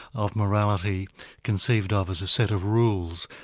of morality conceived of as a set of rules,